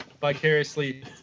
vicariously